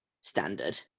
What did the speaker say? standard